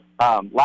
Last